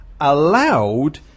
Allowed